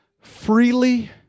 freely